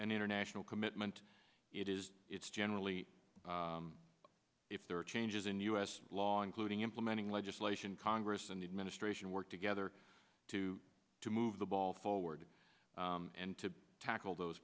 an international commitment it is it's generally if there are changes in us law including implementing legislation congress and the administration work together to to move the ball forward and to tackle those